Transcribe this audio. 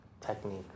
technique